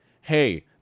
Hey